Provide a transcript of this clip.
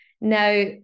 now